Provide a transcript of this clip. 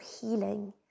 healing